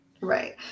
Right